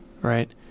right